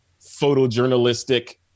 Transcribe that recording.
photojournalistic